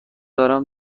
دارم